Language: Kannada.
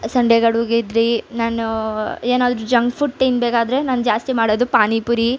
ಸಂಡೇಗಳು ಇಡ್ಲಿ ನಾನು ಏನಾದರೂ ಜಂಕ್ ಫುಡ್ ತಿನ್ನಬೇಕಾದ್ರೆ ನಾನು ಜಾಸ್ತಿ ಮಾಡೋದು ಪಾನಿಪುರಿ